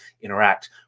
interact